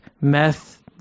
meth